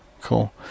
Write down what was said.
Cool